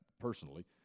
personally